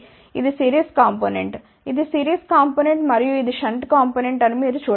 ఇది series component ఇది series component మరియు ఇది షంట్ కాంపొనెంట్ అని మీరు చూడ వచ్చు